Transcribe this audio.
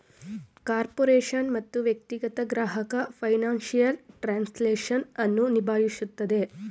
corporation ಮತ್ತು ವ್ಯಕ್ತಿಗತ ಗ್ರಾಹಕ ಫೈನಾನ್ಸಿಯಲ್ ಟ್ರಾನ್ಸ್ಲೇಷನ್ ಅನ್ನು ನಿಭಾಯಿಸುತ್ತದೆ